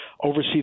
oversee